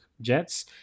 Jets